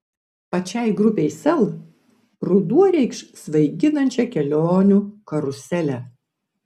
pačiai grupei sel ruduo reikš svaiginančią kelionių karuselę